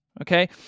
okay